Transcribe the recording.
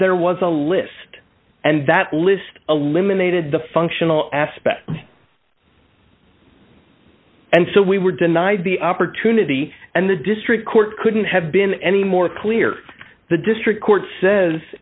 there was a list and that list a limb and they did the functional aspect and so we were denied the opportunity and the district court couldn't have been any more clear the district court says